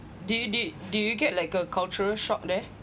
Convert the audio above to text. do you do you get like a cultural shock there